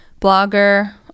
blogger